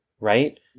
right